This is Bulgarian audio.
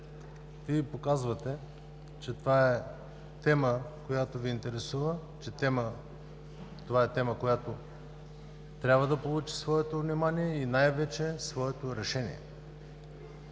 Вие показвате, че това е тема, която Ви интересува, тема, която трябва да получи своето внимание и най-вече – своето решение.